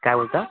काय बोलता